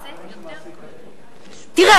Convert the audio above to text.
תראה,